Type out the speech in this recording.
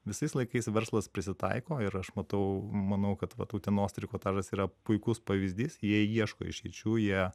visais laikais verslas prisitaiko ir aš matau manau kad vat utenos trikotažas yra puikus pavyzdys jie ieško išeičių jie